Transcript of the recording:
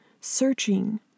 searching